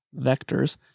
vectors